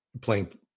playing